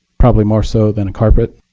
probably more so than a carpet,